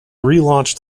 relaunched